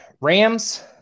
Rams